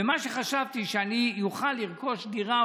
ומה שחשבתי שאני אוכל לרכוש דירה,